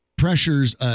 Pressures